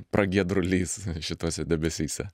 pragiedrulys šituose debesyse